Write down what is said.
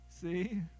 See